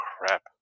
crap